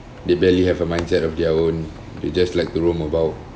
they barely have a mindset of their own they just like to roam about